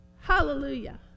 Hallelujah